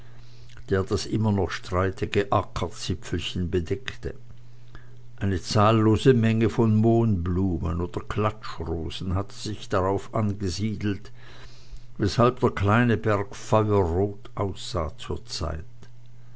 der das immer noch streitige ackerzipfelchen bedeckte eine zahllose menge von mohnblumen oder klatschrosen hatte sich darauf angesiedelt weshalb der kleine berg feuerrot aussah zurzeit